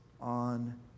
on